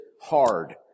hard